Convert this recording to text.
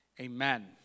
Amen